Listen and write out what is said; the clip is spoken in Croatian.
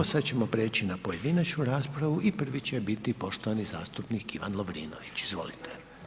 Sad ćemo preći na pojedinačnu raspravu i prvi će biti poštovani zastupnik Ivan Lovrinović, izvolite.